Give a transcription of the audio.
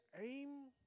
aim